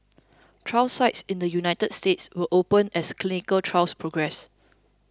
trial sites in the United States will open as clinical trials progress